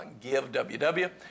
giveww